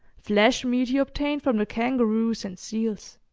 flesh meat he obtained from the kangaroos and seals.